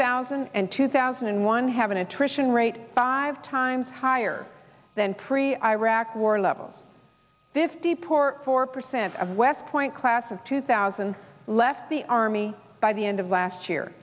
thousand and two thousand and one have an attrition rate five times higher than pre iraq war levels fifty poor four percent of west point class of two thousand left the army by the end of last year